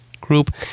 group